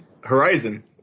Horizon